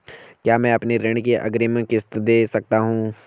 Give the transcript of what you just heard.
क्या मैं अपनी ऋण की अग्रिम किश्त दें सकता हूँ?